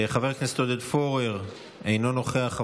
חבר הכנסת עודד פורר, אינו נוכח.